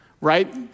right